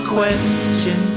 question